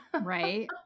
right